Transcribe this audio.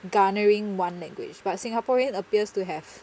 garnering one language but singaporean appears to have